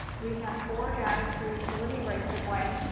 we have four guides for utility rights-of-way,